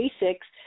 basics